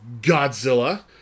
Godzilla